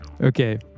Okay